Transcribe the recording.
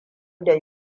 da